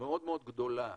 מאוד גדולה